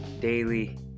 daily